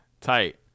tight